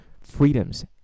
freedoms